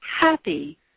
happy